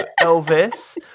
Elvis